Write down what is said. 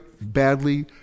badly